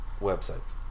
Websites